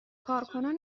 کارکنان